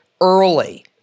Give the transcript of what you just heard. early